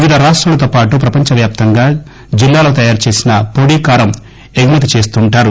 వివిధ రాష్టాలతో పాటు ప్రపంచవ్యాప్తంగా జిల్లాలో తయారుచేసిన పొడి కారం ఎగుమతి చేస్తుంటారు